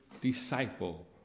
disciple